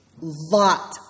lot